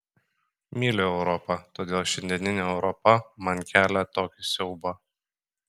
myliu europą todėl šiandieninė europa man kelia tokį siaubą